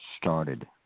started